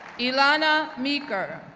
ilana meeker,